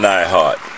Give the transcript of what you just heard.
iHeart